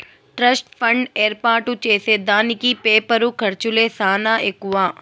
trust fund ఏర్పాటు చేసే దానికి పేపరు ఖర్చులే సానా ఎక్కువ